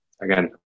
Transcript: again